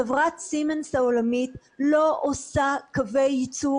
חברת צימנס העולמית לא עושה קווי ייצור